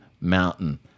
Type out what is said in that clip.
mountain